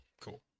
Cool